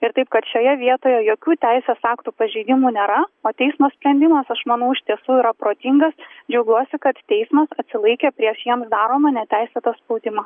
ir taip kad šioje vietoje jokių teisės aktų pažeidimų nėra o teismo sprendimas aš manau iš tiesų yra protingas džiaugiuosi kad teismas atsilaikė prieš jiems daromą neteisėtą spaudimą